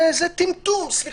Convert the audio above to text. זה טמטום, סליחה.